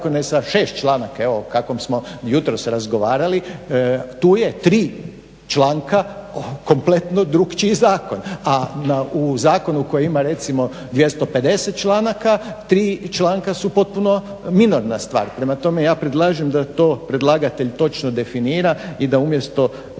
zakone sa šest članaka, evo o kakvom smo jutros razgovarali. Tu je tri članka kompletno drukčiji zakon. A u zakonu koji ima recimo 250 članaka 3 članka su potpuno minorna stvar. Prema tome, ja predlažem da to predlagatelj točno definira i da umjesto